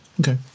okay